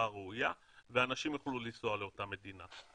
הראויה ואנשים יוכלו לנסוע לאותה מדינה.